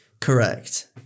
Correct